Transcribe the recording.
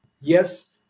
yes